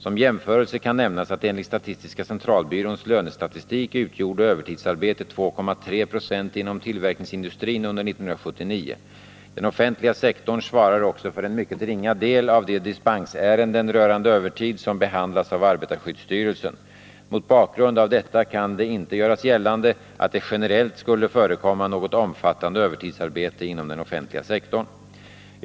Som jämförelse kan nämnas att enligt statistiska centralbyråns lönestatistik utgjorde övertidsarbetet 2,3 70 inom tillverkningsindustrin under år 1979. Den offentliga sektorn svarar också för en mycket ringa del av de dispensärenden rörande övertid som behandlas av arbetarskyddsstyrelsen. Mot bakgrund av detta kan det inte göras gällande att det generellt skulle förekomma något omfattande övertidsarbete inom den offentliga sektorn.